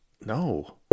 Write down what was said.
No